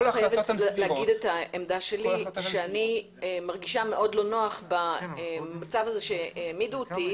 אני מרגישה מאוד לא נוח במצב שהעמידו אותי